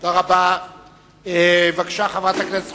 תודה רבה, בבקשה, חברת הכנסת חוטובלי,